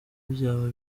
byaba